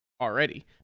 already